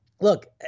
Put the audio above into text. Look